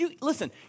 listen